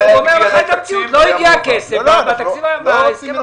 הוא אומר לכם את המציאות: לא הגיע הכסף מההסכם הקואליציוני.